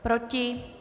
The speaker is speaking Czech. Proti?